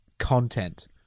Content